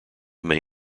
may